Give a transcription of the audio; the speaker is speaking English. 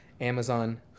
amazon